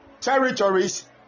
territories